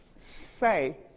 say